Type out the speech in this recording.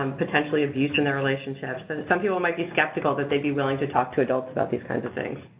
um potentially, abuse in the relationships? and some people might be skeptical that they'd be willing to talk to adults about these kinds of things.